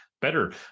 better